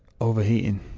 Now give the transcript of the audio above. overheating